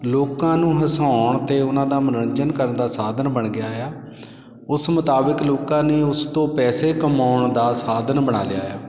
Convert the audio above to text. ਲੋਕਾਂ ਨੂੰ ਹਸਾਉਣ ਅਤੇ ਉਹਨਾਂ ਦਾ ਮਨੋਰੰਜਨ ਕਰਨ ਦਾ ਸਾਧਨ ਬਣ ਗਿਆ ਆ ਉਸ ਮੁਤਾਬਕ ਲੋਕਾਂ ਨੇ ਉਸ ਤੋਂ ਪੈਸੇ ਕਮਾਉਣ ਦਾ ਸਾਧਨ ਬਣਾ ਲਿਆ ਆ